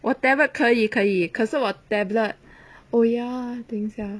我 tablet 可以可以可是我 tablet oh ya 等一下 ah